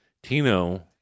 Tino